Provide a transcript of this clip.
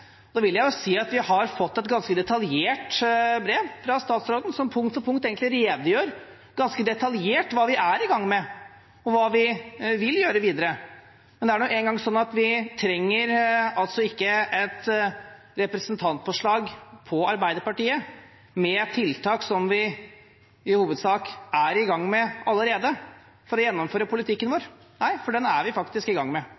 Jeg vil si at vi har fått et ganske detaljert brev fra statsråden som punkt for punkt redegjør for hva vi er i gang med, og hva vi vil gjøre videre. Det er nå en gang sånn at vi trenger ikke et representantforslag fra Arbeiderpartiet om tiltak som vi i hovedsak er i gang med allerede, for å gjennomføre politikken vår – for den er vi faktisk i gang med.